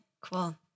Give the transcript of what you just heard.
Cool